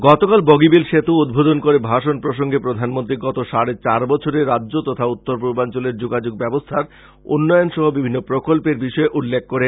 গতকাল বগিবিল সেতু উদ্বোধন করে ভাষন প্রসঙ্গে প্রধানমন্ত্রী গত সাড়ে চার বছরে রাজ্য তথা উত্তর পূর্বাঞ্চালের যোগাযোগ ব্যবস্থার উন্নয়ন সহ বিভিন্ন প্রকল্পের বিষয়ে উল্লেখ করেন